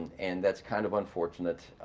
and that's kind of unfortunate.